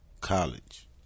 college